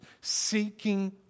seeking